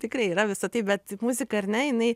tikrai yra visa tai bet muzika ar ne jinai